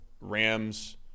Rams